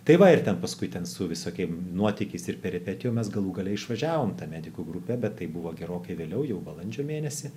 tai va ir ten paskui ten su visokiem nuotykis ir peripetijom mes galų gale išvažiavom ta medikų grupė bet tai buvo gerokai vėliau jau balandžio mėnesį